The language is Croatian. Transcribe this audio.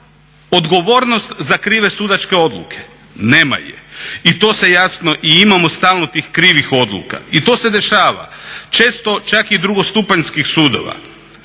Odgovornost za krive sudačke odluke, nema je. I to se jasno i imamo stalno tih krivih odluka. I to se dešava. Često čak i drugostupanjskih sudova,